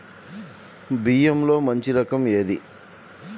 బియ్యంలో మంచి రకం ఏది?